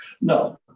No